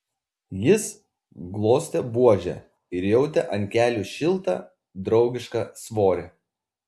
jis glostė buožę ir jautė ant kelių šiltą draugišką svorį